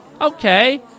Okay